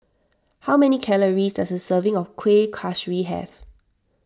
how many calories does a serving of Kueh Kaswi have